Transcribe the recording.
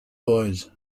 boys